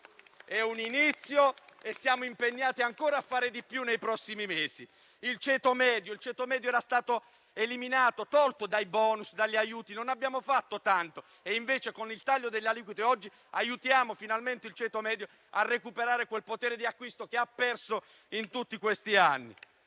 È un inizio e siamo impegnati a fare ancora di più nei prossimi mesi. Il ceto medio era stato eliminato dai *bonus* e dagli aiuti. Non abbiamo fatto tanto: invece, con il taglio delle aliquote oggi aiutiamo, finalmente, il ceto medio a recuperare quel potere di acquisto che ha perso in tutti questi anni.